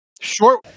Short